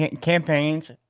campaigns